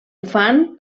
fan